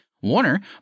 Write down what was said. Warner